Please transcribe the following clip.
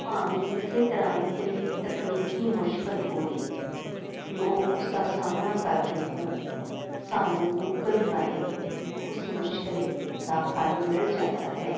ਭਾਵੇਂ ਕਿਸੇ ਤਰ੍ਹਾਂ ਦੀ ਤਕ ਤਕਨੀਕੀ ਮੁਸ਼ਕਿਲ ਹੋਵੇ ਲੋਕ ਉਸ ਦਾ ਸਾਹਮਣਾ ਕਰਦੇ ਹੋਣ ਸਾਨੂੰ ਗੂਗਲ ਰਾਹੀਂ ਉਸ ਮੁਸ਼ਕਿਲ ਦਾ ਹੱਲ ਮਿਲ ਜਾਂਦਾ ਹੈ